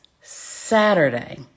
Saturday